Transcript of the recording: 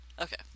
Okay